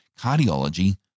cardiology